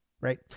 Right